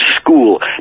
school